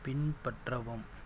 பின்பற்றவும்